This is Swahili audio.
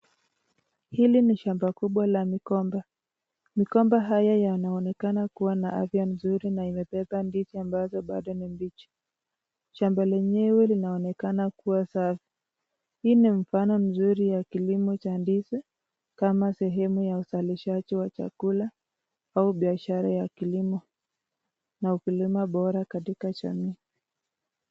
Hili ni shamba kubwa la migomba. Migomba haya wanaonekana kuwa na afya mzuri na imebeba ndizi ambazo bado ni mbichi. Shamba lenyewe linaonekana kuwa safi. Hii ni mfano mzuri wa kilimo cha ndizi kama sehemu ya uzalishaji wa chakula au biashara ya kilimo na ukulima bora katika jamii.